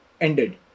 ended